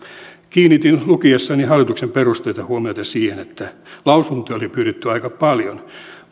lukiessani hallituksen perusteita kiinnitin huomiota siihen että lausuntoja oli pyydetty aika paljon